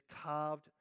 carved